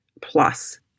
plus